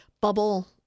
bubble